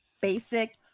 basic